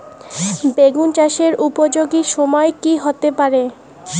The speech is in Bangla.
বেগুন চাষের উপযোগী সময় কি হতে পারে?